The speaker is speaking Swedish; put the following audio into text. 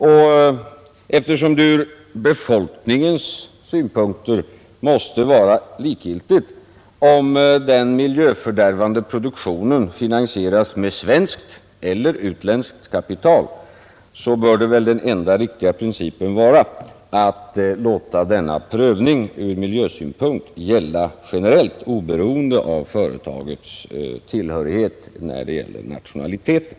Och eftersom det ur befolkningens synpunkter måste vara likgiltigt om den miljöfördärvande 31 produktionen finansieras med svenskt eller utländskt kapital, så bör väl den enda riktiga principen vara att låta denna prövning ur miljösynpunkt gälla generellt, oberoende av företagets tillhörighet när det gäller nationaliteten.